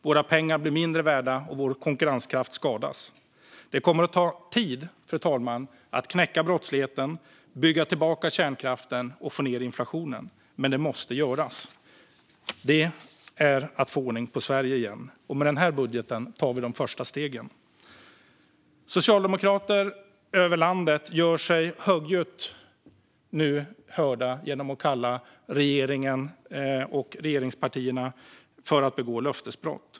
Våra pengar blir mindre värda, och vår konkurrenskraft skadas. Det kommer att ta tid, fru talman, att knäcka brottsligheten, bygga tillbaka kärnkraften och få ned inflationen. Men det måste göras. Det är att få ordning på Sverige igen, och med denna budget tar vi de första stegen. Socialdemokrater över landet gör sig nu högljutt hörda genom att anklaga regeringen och regeringspartierna för att begå löftesbrott.